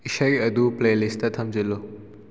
ꯏꯁꯩ ꯑꯗꯨ ꯄ꯭ꯂꯦꯂꯤꯁꯇ ꯊꯝꯖꯤꯜꯂꯨ